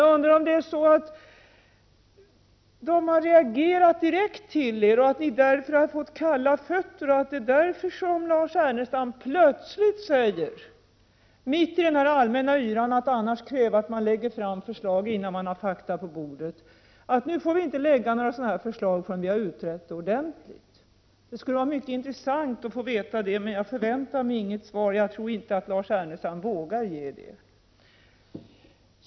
Jag undrar om industrin har reagerat direkt till er och att ni har fått kalla fötter och att det är därför som Lars Ernestam plötsligt säger — mitt i den allmänna yran med krav om att det läggs fram förslag innan fakta finns på bordet — att nu får vi inte föreslå någonting förrän vi har utrett det ordentligt. Det skulle vara mycket intressant att få veta hur det ligger till, men jag förväntar inget svar. Jag tror inte att Lars Ernestam vågar ge det.